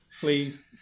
please